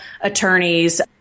attorneys